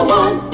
one